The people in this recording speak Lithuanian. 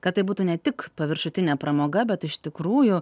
kad tai būtų ne tik paviršutinė pramoga bet iš tikrųjų